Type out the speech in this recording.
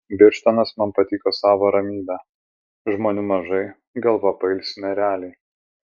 birštonas man patiko savo ramybe žmonių mažai galva pailsi nerealiai